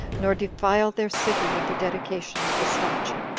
nor defile their city with the dedication of the statue.